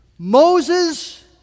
Moses